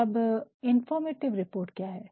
अब informative report क्या है